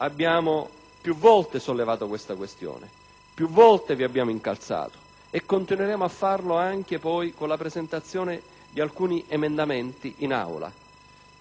Abbiamo più volte sollevato tale questione, più volte vi abbiamo incalzato e continueremo a farlo anche con la presentazione di alcuni emendamenti in Aula.